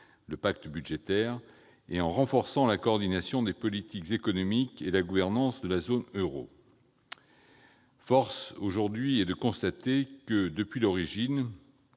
le « pacte budgétaire » -et en renforçant la coordination des politiques économiques et la gouvernance de la zone euro. Aujourd'hui, force est de constater que, depuis l'origine,